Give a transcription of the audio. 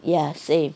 ya same